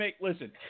Listen